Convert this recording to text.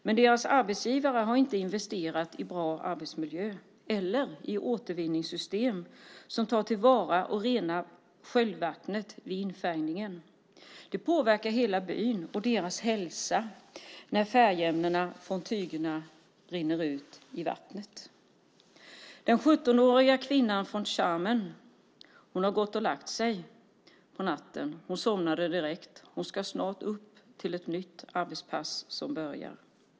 Men deras arbetsgivare har inte investerat i bra arbetsmiljö eller i återvinningssystem som tar till vara och renar sköljvattnet vid infärgningen. Det påverkar hela byn och deras hälsa när färgämnena från tygerna rinner ut i vattnet. Den 17-åriga kvinnan från Xiamen har gått och lagt sig på natten. Hon somnade direkt. Hon ska snart upp till ett nytt arbetspass.